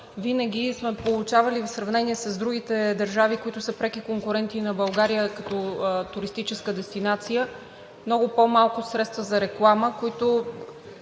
винаги сме получавали, в сравнение с другите държави, които са преки конкуренти на България като туристическа дестинация, много по-малко средства за реклама, които